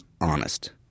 honest